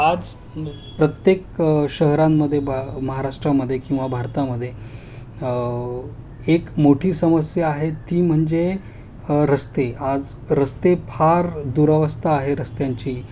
आज प्रत्येक शहरांमध्ये बा महाराष्ट्रामध्ये किंवा भारतामध्ये एक मोठी समस्या आहे ती म्हणजे रस्ते आज रस्ते फार दुरावस्था आहे रस्त्यांची